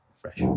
fresh